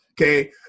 Okay